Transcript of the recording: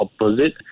opposite